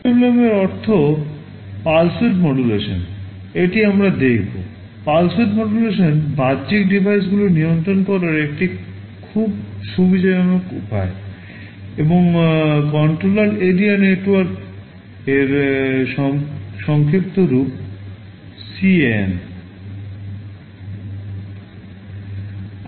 PWM এর অর্থ pulse width মডুলেশানএর সংক্ষিপ্ত রূপ CAN